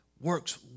works